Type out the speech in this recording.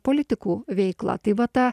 politikų veiklą tai vat ta